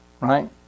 right